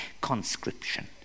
conscription